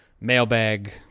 mailbag